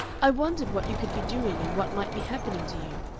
i wondered what you could be doing and what might be happening to you.